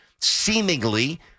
seemingly